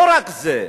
לא רק זה,